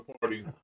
party